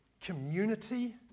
community